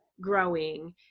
growing